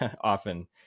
often